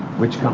which